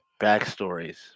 backstories